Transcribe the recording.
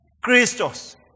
Christos